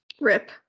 Rip